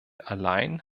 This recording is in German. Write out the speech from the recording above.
allein